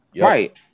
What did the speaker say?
Right